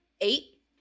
Eight